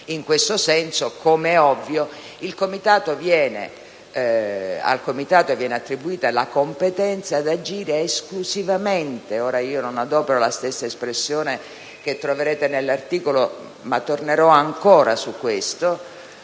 In questo senso, come è ovvio, al Comitato viene attribuita la competenza ad agire esclusivamente - non adopero la stessa espressione che troverete nell'articolo, ma tornerò ancora su questo